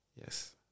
Yes